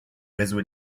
réseau